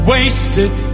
Wasted